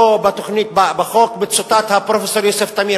פה בתוכנית בחוק מצוטט הפרופסור יוסף תמיר.